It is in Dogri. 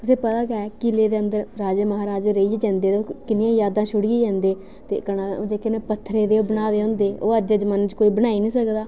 तुसें ई पता गै ऐ किले दे अदंर राजे महाराजे रेहियै जंदे ते किन्नियां यादां छोड़ियै जंदे कन्नै जेह्के पत्थरें दे बनाए दे होंदे ओह् अज्जै दे जमाने च कोई बनाई गै नेईं सकदा